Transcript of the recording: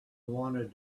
wanted